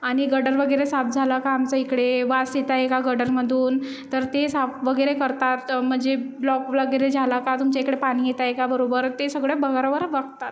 आणि गटर वगैरे साफ झालं का आमच्या इकडे वास येत आहे का गटरमधून तर ते साफ वगैरे करतात म्हणजे ब्लॉक वगैरे झाला का तुमच्या इकडे पाणी येत आहे का बरोबर ते सगळं बरोबर बघतात